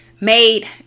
Made